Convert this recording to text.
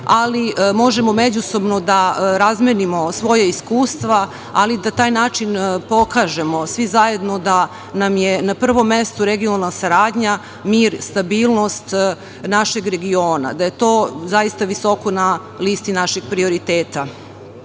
ali možemo međusobno da razmenimo svoja iskustva, ali na taj način da pokažemo svi zajedno da nam je na prvom mestu regionalna saradnja, mir, stabilnost, našeg regiona, da je to zaista visoko na listi naših prioriteta.Međutim,